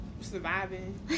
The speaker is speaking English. Surviving